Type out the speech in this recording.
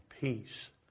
peace